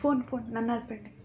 phone phone ನನ್ನ husband